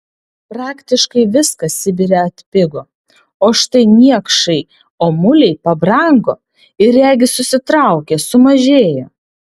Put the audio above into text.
praktiškai viskas sibire atpigo o štai niekšai omuliai pabrango ir regis susitraukė sumažėjo